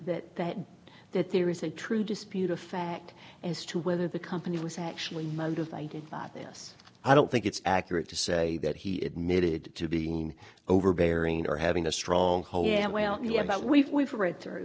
that that that there is a true dispute a fact as to whether the company was actually motivated by this i don't think it's accurate to say that he admitted to being overbearing or having a strong and well the about we've we've all read through